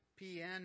PN